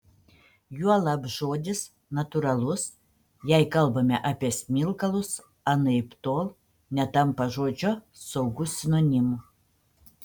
juolab žodis natūralus jei kalbame apie smilkalus anaiptol netampa žodžio saugus sinonimu